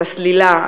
את הסלילה,